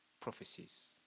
prophecies